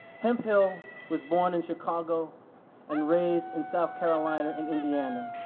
hemphill was born in chicago and raised in south carolina and indiana,